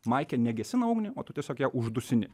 maikė ne gesina ugnį o tu tiesiog ją uždusini